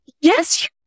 yes